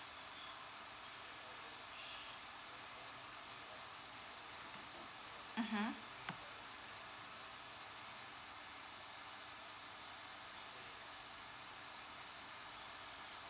mmhmm